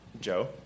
Joe